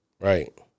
Right